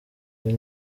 buri